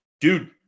Dude